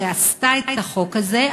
שעשתה את החוק הזה,